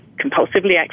compulsively